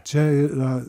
čia yra